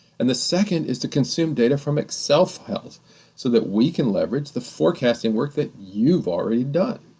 and the second is to consume data from excel files so that we can leverage the forecasting work that you've already done.